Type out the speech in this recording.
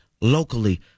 locally